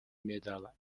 medal